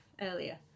earlier